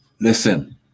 Listen